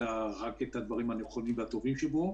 אלא רק את הדברים הנכונים והטובים שבו